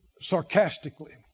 sarcastically